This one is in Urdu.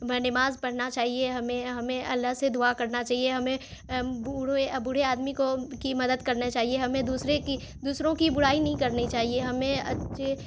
میں نماز پرھنا چاہیے ہمیں ہمیں اللہ سے دعا کرنا چاہیے ہمیں بوڑھے بوڑھے آدمی کو کی مدد کرنا چاہیے ہمیں دوسرے کی دوسروں کی برائی نہیں کرنی چاہیے ہمیں اچھے